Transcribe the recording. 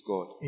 God